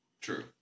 True